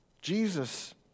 Jesus